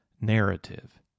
narrative